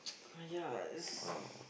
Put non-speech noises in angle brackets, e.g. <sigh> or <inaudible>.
<noise> !aiya! it's